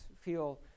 feel